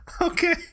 Okay